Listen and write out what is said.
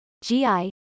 GI